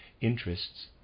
interests